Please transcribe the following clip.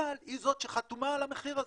אבל היא זאת שחתומה על המחיר הזה.